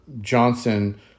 Johnson